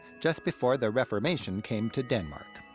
just before the reformation came to denmark.